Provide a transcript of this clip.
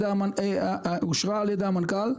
אושרה על ידי המנכ"ל,